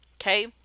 Okay